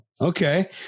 Okay